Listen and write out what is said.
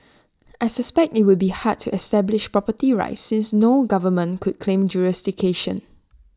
I suspect IT would be hard to establish property rights since no government could claim jurisdiction